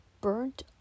burnt